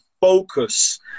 focus